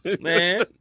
man